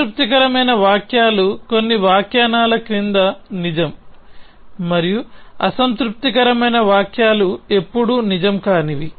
సంతృప్తికరమైన వాక్యాలు కొన్ని వ్యాఖ్యానాల క్రింద నిజం మరియు అసంతృప్తికరమైన వాక్యాలు ఎప్పుడూ నిజం కానివి